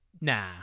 Nah